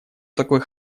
такой